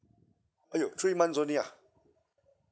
!aiyo! three months only ah